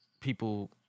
people